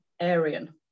Aryan